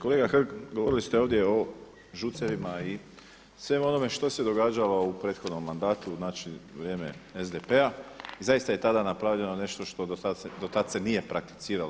Kolega Hrg, govorili ste ovdje o ŽUC-evim i svemu ovome što se događalo u prethodnom mandatu, znači vrijeme SDP-a i zaista je tada napravljeno nešto što do tada se nije prakticiralo.